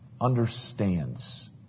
understands